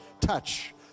touch